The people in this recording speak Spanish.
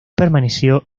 permaneció